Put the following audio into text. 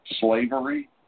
Slavery